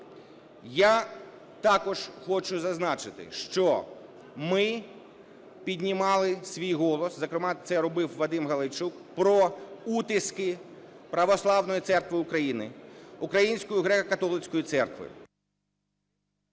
Я також хочу зазначити, що ми піднімали свій голос, зокрема це робив Вадим Галайчук, про утиски Православної Церкви України, Української Греко-Католицької Церкви.